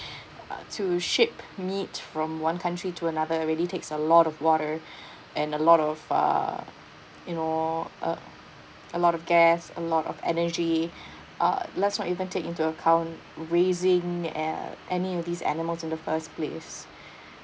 uh to ship meat from one country to another really takes a lot of water and a lot of uh you know uh a lot of gas a lot of energy uh let's not even take into account raising a~ any of these animals in the first place